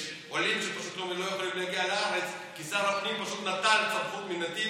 יש עולים שפשוט לא יכולים להגיע לארץ כי שר הפנים פשוט נטל סמכות מנתיב,